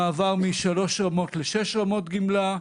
מעבר משלוש רמות לשש רמות גמלה,